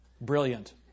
Brilliant